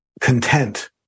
content